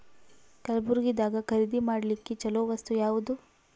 ಕಲಬುರ್ಗಿದಾಗ ಖರೀದಿ ಮಾಡ್ಲಿಕ್ಕಿ ಚಲೋ ವಸ್ತು ಯಾವಾದು?